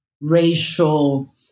racial